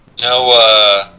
No